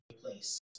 place